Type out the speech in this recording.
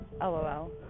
LOL